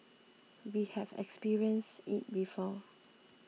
we have experienced it before